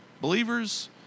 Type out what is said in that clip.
believers